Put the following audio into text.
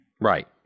Right